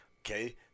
okay